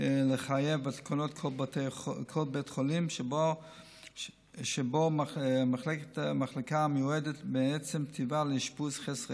לחייב בתקנות כל בית חולים שיש בו מחלקה המיועדת מעצם טיבה לאשפוז חסרי